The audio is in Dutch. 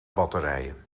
batterijen